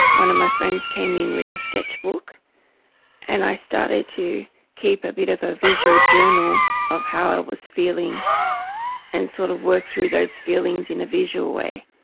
one of my friends came in with a sketchbook and i started to keep a bit of a visual journal of how i was feeling and sort of work through those feelings in a visual way.